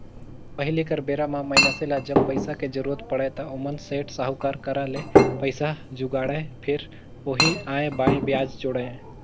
पहिली कर बेरा म मइनसे ल जब पइसा के जरुरत पड़य त ओमन सेठ, साहूकार करा ले पइसा जुगाड़य, फेर ओही आंए बांए बियाज जोड़य